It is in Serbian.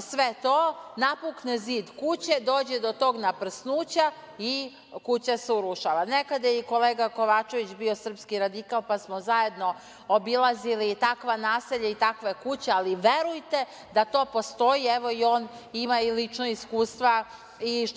sve to, napukne zid kuće, dođe do tog naprsnuća i kuća se urušava. Nekada je i kolega Kovačević bio srpski radikal, pa smo zajedno obilazili takva naselja i takve kuće, ali verujte da to postoji. Evo, i on ima lično iskustva i što